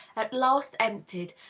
at last emptied,